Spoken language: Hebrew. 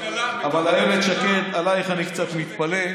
אבל איילת שקד, עלייך אני קצת מתפלא,